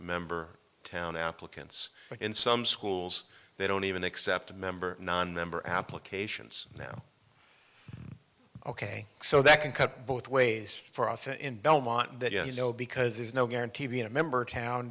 member town applicants but in some schools they don't even accept a member nonmember applications now ok so that can cut both ways for us in belmont that you know because there's no guarantee being a member town